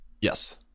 Yes